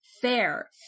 fair